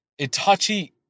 Itachi